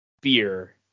beer